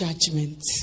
judgment